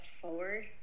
forward